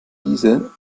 diese